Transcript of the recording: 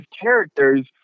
characters